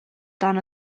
dan